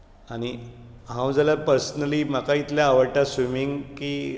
आनीक हांव जाल्यार पर्सनली म्हाका इतलें आवडटा स्विमिंग कि